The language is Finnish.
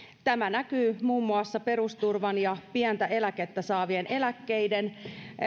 tämä näkyy muun muassa perusturvan pientä eläkettä saavien eläkkeiden